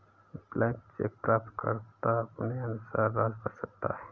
blank cheque प्राप्तकर्ता अपने अनुसार राशि भर सकता है